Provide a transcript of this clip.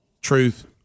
truth